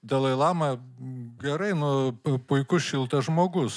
dalai lama gerai nu pu puikus šiltas žmogus